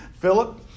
Philip